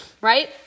right